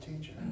teacher